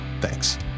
Thanks